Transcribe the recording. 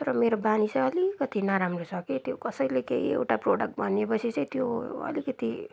तर मेरो बानी चाहिँ अलिकति नराम्रो छ कि त्यो कसैले केही एउटा प्रडक्ट भने पछि चाहिँ त्यो अलिकति